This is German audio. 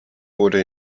wurde